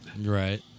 Right